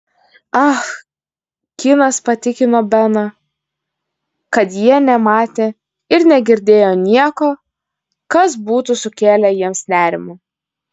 ah kinas patikino beną kad jie nematė ir negirdėjo nieko kas būtų sukėlę jiems nerimą